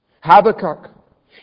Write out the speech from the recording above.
Habakkuk